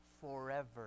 forever